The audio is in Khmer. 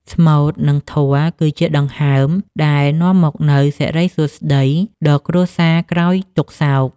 ស្មូត និងធម៌គឺជាដង្ហើមដែលនាំមកនូវសិរីសួស្ដីដល់គ្រួសារក្រោយទុក្ខសោក។